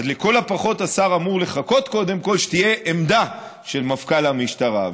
אז לכל הפחות השר אמור לחכות קודם כול כדי שתהיה עמדה של מפכ"ל המשטרה.